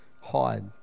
hide